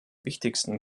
wichtigsten